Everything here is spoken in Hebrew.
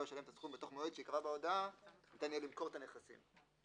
ישלם את הסכום בתוך מועד שייקבע בהודעה ניתן יהיה למכור את הנכסים.